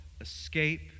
escape